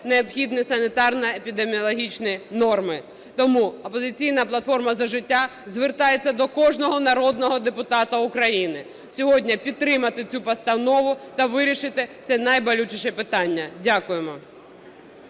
необхідні санітарно-епідеміологічні норми. Тому "Опозиційна платформа - За життя" звертається до кожного народного депутата України сьогодні підтримати цю постанову та вирішити це найболючіше питання. Дякуємо.